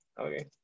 Okay